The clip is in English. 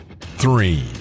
three